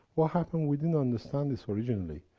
what happens. we didn't understand this originally,